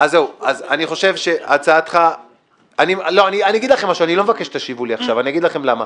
אני לא מבקש שתשיבו לי עכשיו, אני אגיד לכם למה.